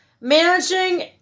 managing